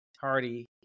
Hardy